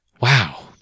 Wow